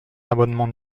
l’amendement